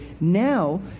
Now